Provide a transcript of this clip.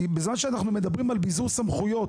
כי בזמן שאנחנו מדברים על ביזור סמכויות